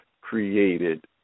created